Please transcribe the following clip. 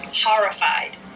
horrified